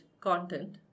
content